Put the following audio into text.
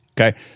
Okay